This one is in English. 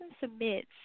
submits